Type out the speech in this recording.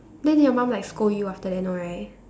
then did your mum like scold you after that no right